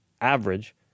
average